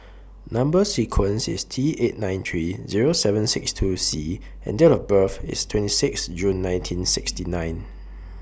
Number sequence IS T eight nine three Zero seven six two C and Date of birth IS twenty six June nineteen sixty nine